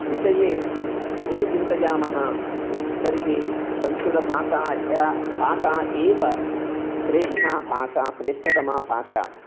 विषये यद् चिन्तयामः तर्हि संस्कृतभाषा या भाषा एव श्रेष्ठा भाषा स्रेष्ठतमा भाषा